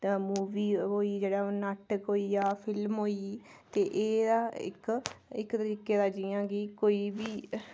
movie होई गेई जेह्ड़ा नाटक होई गेआ फिल्म होई गेई ते एह्दा इक इक तरीके दा इ'यां कोई बी